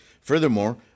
Furthermore